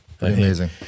Amazing